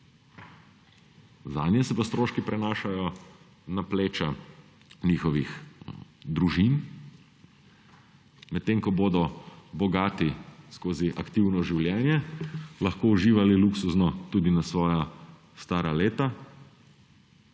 Zanje se pa stroški prenašajo na pleča njihovih družin, medtem ko bodo bogati skozi aktivno življenje lahko uživali luksuzno tudi na svoja stara leta,